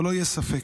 שלא יהיה ספק,